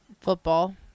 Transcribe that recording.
football